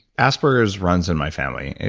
aspergers runs and my family.